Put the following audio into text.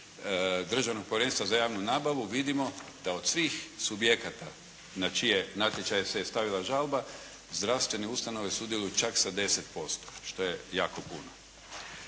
Državnog povjerenstva za javnu nabavu vidimo da od svih subjekata na čije natječaje se je stavila žalba zdravstvene ustanove sudjeluju čak sa 10% što je jako puno.